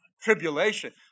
tribulation